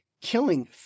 killing